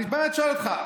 אני באמת שואל אותך,